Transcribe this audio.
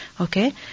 okay